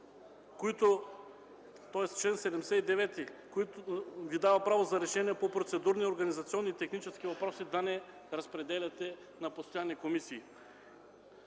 79 Ви дава право за решения по процедурни, организационни и технически въпроси да не разпределяте на постоянни комисии.